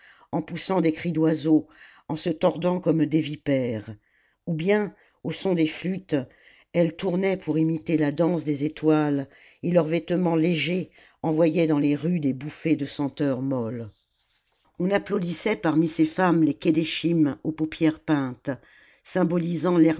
en poussant des cris d'oiseau en se tordant comme des vipères ou bien au son des flûtes elles tournaient pour imiter la danse des étoiles et leurs vêtements légers envoyaient dans les rues des bouffées de senteurs molles on applaudissait parmi ces femmes les kedeschim aux paupières peintes symbolisant